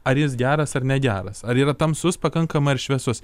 ar jis geras ar negeras ar yra tamsus pakankamai ar šviesus